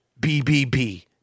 BBB